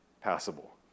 passable